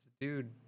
dude